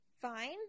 fine